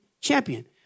champion